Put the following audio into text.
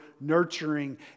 nurturing